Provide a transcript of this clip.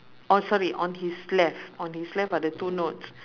oh sorry on his left on his left ada two notes